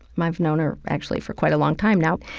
i've known her actually for quite a long time now.